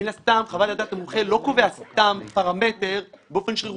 מן הסתם חוות דעת המומחה לא קובע סתם פרמטר באופן שרירותי.